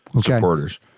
supporters